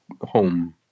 home